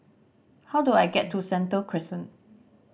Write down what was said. how do I get to Sentul Crescent